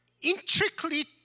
intricately